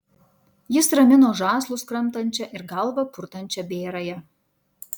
jis ramino žąslus kramtančią ir galvą purtančią bėrąją